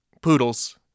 Poodles